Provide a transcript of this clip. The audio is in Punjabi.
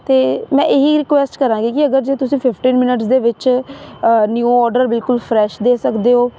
ਅਤੇ ਮੈਂ ਇਹੀ ਰਿਕੁਐਸਟ ਕਰਾਂਗੀ ਕਿ ਅਗਰ ਜੇ ਤੁਸੀਂ ਫਿਫਟੀਨ ਮਿੰਟ ਦੇ ਵਿੱਚ ਨਿਊ ਔਡਰ ਬਿਲਕੁਲ ਫਰੈਸ਼ ਦੇ ਸਕਦੇ ਹੋ